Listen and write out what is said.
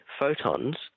photons